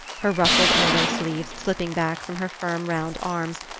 her ruffled elbow-sleeves slipping back from her firm round arms,